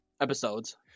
episodes